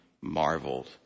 marveled